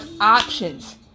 options